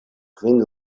kvin